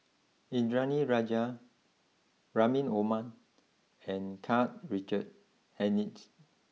Indranee Rajah Rahim Omar and Karl Richard Hanitsch